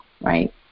right